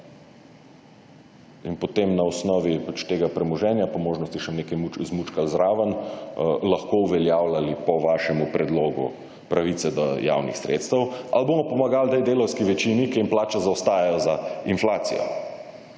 In potem na osnovi tega premoženja, po možnosti še nekaj zmučkali zraven, lahko uveljavljali po vašem predlogu pravice do javnih sredstev? Ali bomo pomagali delavski večini, ki jim plače zaostajajo za inflacijo?